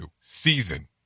season